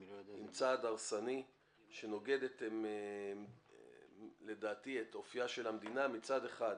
עם צעד הרסני שנוגד לדעתי את אופייה של המדינה מצד אחד.